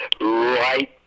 right